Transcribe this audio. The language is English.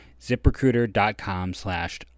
Ziprecruiter.com/slash